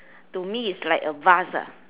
to me is like a vase ah